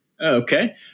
okay